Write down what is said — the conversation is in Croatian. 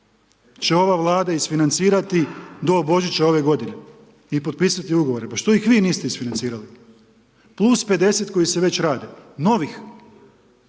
će ova Vlada isfinancirati do Božića ove godine i potpisati ugovore. Pa što ih vi niste isfinancirali? Plus 50 koji se već rade novih.